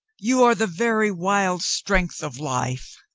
you are the very wild strength of life.